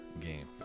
game